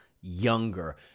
younger